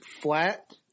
flat